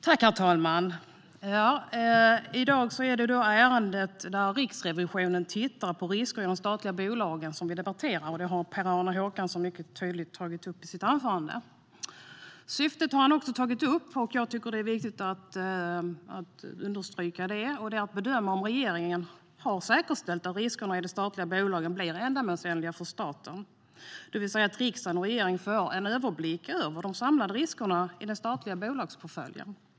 Herr talman! I dag debatterar vi det ärende där Riksrevisionen tittar på risker i statliga bolag. Det har Per-Arne Håkansson tagit upp mycket tydligt i sitt anförande. Han har också tagit upp syftet, som jag tycker är viktigt att understryka, nämligen att bedöma om regeringen har säkerställt att riskerna i de statliga bolagen blir ändamålsenliga för staten, det vill säga att riksdagen och regeringen får en överblick över de samlade riskerna i den statliga bolagsportföljen.